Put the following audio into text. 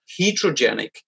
heterogenic